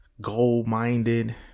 goal-minded